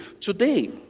Today